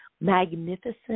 Magnificent